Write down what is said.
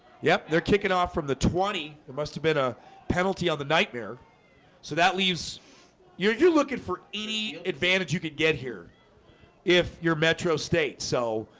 yep, they're kicking off from the twenty. there must have been a penalty on the nightmare so that leaves your your looking for any advantage you could get here if you're metro states, so